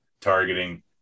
targeting